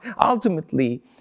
ultimately